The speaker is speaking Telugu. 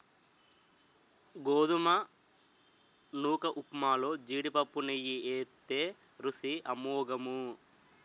గోధుమ నూకఉప్మాలో జీడిపప్పు నెయ్యి ఏత్తే రుసి అమోఘము